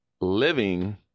living